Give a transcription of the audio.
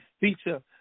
feature